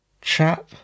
chap